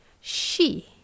She